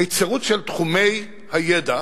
היצרות של תחומי הידע,